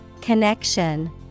Connection